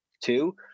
two